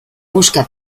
busca